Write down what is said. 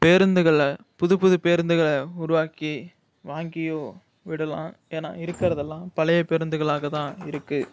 பேருந்துகளை புது புது பேருந்துகளை உருவாக்கி வாங்கியும் விடலாம் ஏன்னா இருக்கிறதெல்லாம் பழைய பேருந்துகளாக தான் இருக்கு